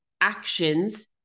actions